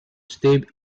stay